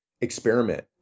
experiment